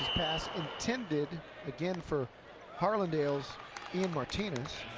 pass intended again for harlendale's ian martinez.